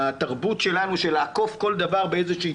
התרבות שלנו לעקוף כל דבר באיזו שהיא